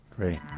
Great